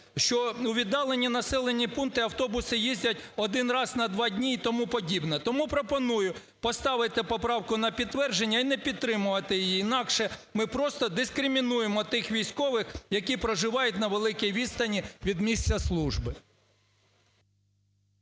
що у віддалені населені пункти автобуси їздять один раз на два дні і тому подібне. Тому пропоную поставити поправку на підтвердження і не підтримувати її, інакше ми просто дискримінуємо тих військових, які проживають на великій відстані від місця служби.